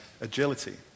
agility